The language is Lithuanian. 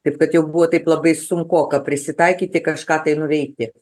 taip kad jau buvo taip labai sunkoka prisitaikyti kažką tai nuveikti